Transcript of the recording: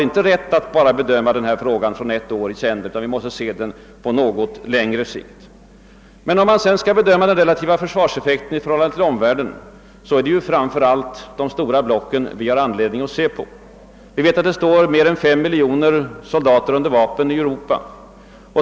Om man sedan skall bedöma den relativa försvarseffekten i förhållande till omvärlden, är det framför allt de stora blocken vi har anledning att se på. Vi vet att det står mer än 5 miljoner soldater under vapen i Europa.